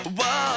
whoa